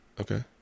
okay